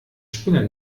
spinner